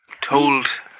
told